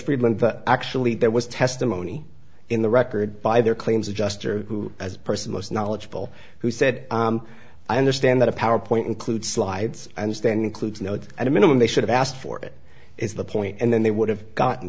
that actually there was testimony in the record by their claims adjuster who as a person most knowledgeable who said i understand that a powerpoint includes slides i understand includes notes and a minimum they should have asked for it is the point and then they would have gotten